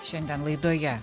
šiandien laidoje